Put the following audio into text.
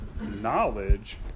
knowledge